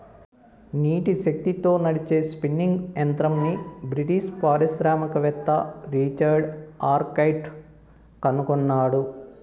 నీటి శక్తితో నడిచే స్పిన్నింగ్ యంత్రంని బ్రిటిష్ పారిశ్రామికవేత్త రిచర్డ్ ఆర్క్రైట్ కనుగొన్నాడు